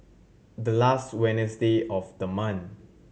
the last Wednesday of the month